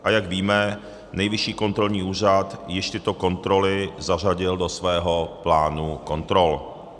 A jak víme, Nejvyšší kontrolní úřad již tyto kontroly zařadil do svého plánu kontrol.